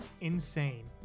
insane